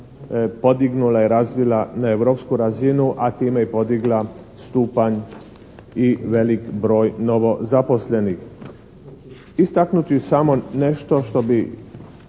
podignula i razvila na europsku razinu, a time i podigla stupanj i velik broj novozaposlenih. Istaknuti samo nešto što bi